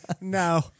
No